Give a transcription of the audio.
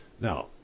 Now